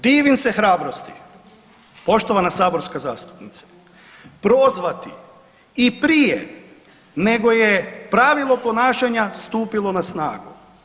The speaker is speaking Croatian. Divim se hrabrosti, poštovana saborska zastupnice prozvati i prije nego je pravilo ponašanja stupilo na snagu.